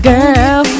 Girl